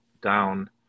down